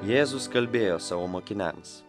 jėzus kalbėjo savo mokiniams